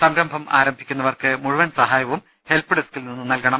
സംരംഭം ആരംഭിക്കുന്നവർക്ക് മുഴുവൻ സഹാ യവും ഹെൽപ് ഡസ്കിൽ നിന്ന് നൽകണം